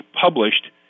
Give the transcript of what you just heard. published